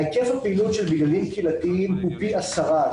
היקף הפעילות של מינהלים קהילתיים הוא פי עשרה.